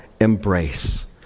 embrace